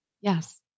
Yes